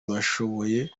babishoboye